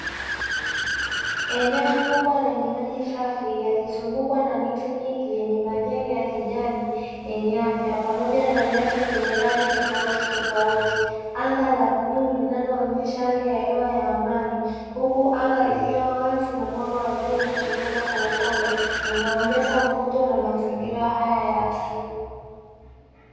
Eneo kubwa lenye maji safi yakizungukwa na miti mingi yenye majani ya kijani yenye afya pamoja na nyasi zenye rangi tofautitofauti, anga la bluu linaloonyesha hali ya hewa ya amani huku anga likiwa wazi na mwanga wa jua unachomoza kwa upole, unaongeza mvuto na mazingira haya ya asili.